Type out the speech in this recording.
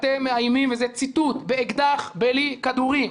אתם מאיימים וזה ציטוט באקדח בלא כדורים.